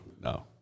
No